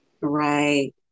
Right